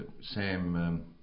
Sam